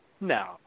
No